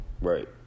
Right